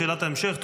בשאלת ההמשך,